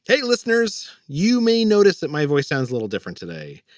hey, listeners, you may notice that my voice sounds a little different today.